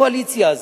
בקואליציה הזאת,